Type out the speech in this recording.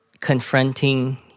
confronting